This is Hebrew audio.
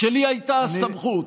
כשלי הייתה הסמכות.